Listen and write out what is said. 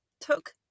took